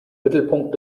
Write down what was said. mittelpunkt